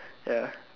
ya